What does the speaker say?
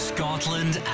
Scotland